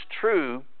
true